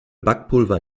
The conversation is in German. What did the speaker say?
backpulver